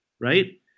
right